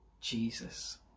Jesus